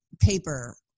paper